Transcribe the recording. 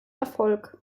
erfolg